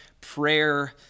prayer